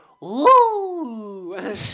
woo